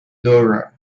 dora